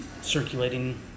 circulating